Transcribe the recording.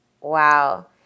Wow